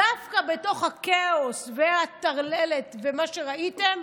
דווקא בתוך הכאוס והטרללת ומה שראיתם,